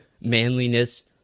manliness